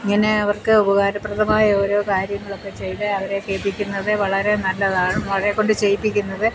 ഇങ്ങനെ അവർക്ക് ഉപകാരപ്രദമായ ഓരോ കാര്യങ്ങളൊക്കെ ചെയ്ത് അവരെ ചെയ്യിപ്പിക്കുന്നത് വളരെ നല്ലതാണ് അവരെക്കൊണ്ട് ചെയ്യിപ്പിക്കുന്നത്